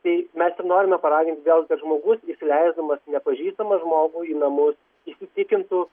rai mes ir norime paraginti vėl kad žmogus įsileisdamas nepažįstamą žmogų į namus įtikintų